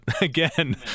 again